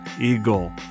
Eagle